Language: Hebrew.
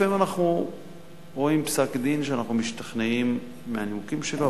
לפעמים אנחנו רואים פסק-דין שאנחנו משתכנעים מהנימוקים שלו,